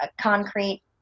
concrete